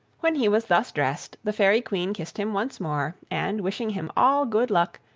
when he was thus dressed, the fairy queen kissed him once more, and, wishing him all good luck,